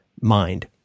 mind